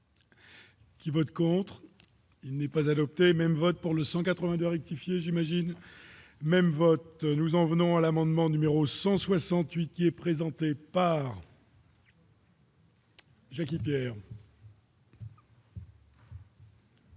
Qui vote contre. Il n'est pas adopté même votent pour le 182 rectifier j'imagine même vote nous en venons à l'amendement numéro 168 qui est présentée par. Merci, monsieur